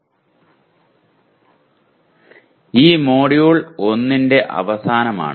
ഇത് മൊഡ്യൂൾ 1 ന്റെ അവസാനമാണ്